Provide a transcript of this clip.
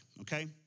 okay